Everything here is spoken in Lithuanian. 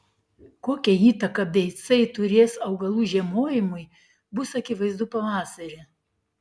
kokią įtaką beicai turės augalų žiemojimui bus akivaizdu pavasarį